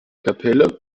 kapelle